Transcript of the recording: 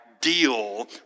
deal